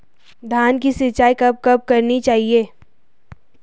धान की सिंचाईं कब कब करनी चाहिये?